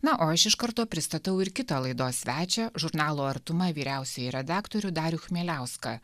na o aš iš karto pristatau ir kitą laidos svečią žurnalo artuma vyriausiąjį redaktorių darių chmieliauską